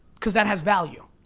cause that has value.